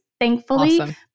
Thankfully